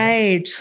Right